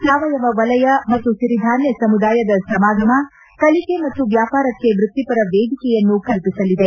ಸಾವಯವ ವಲಯ ಮತ್ತು ಸಿರಿಧಾನ್ಯ ಸಮುದಾಯದ ಸಮಾಗಮ ಕಲಿಕೆ ಮತ್ತು ವ್ಯಾಪಾರಕ್ಕೆ ವೃತ್ತಿಪರ ವೇದಿಕೆಯನ್ನು ಕಲ್ಪಿಸಲಿದೆ